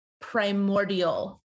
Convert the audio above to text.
primordial